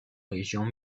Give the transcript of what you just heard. régions